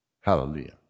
Hallelujah